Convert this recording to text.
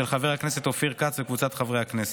של חבר הכנסת אופיר כץ וקבוצת חברי הכנסת.